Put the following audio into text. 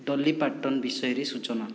Dolly Parton ବିଷୟରେ ସୂଚନା